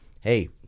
hey